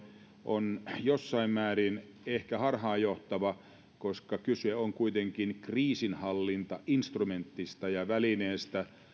on jossain määrin ehkä harhaanjohtava koska kyse on kuitenkin kriisinhallintainstrumentista ja välineestä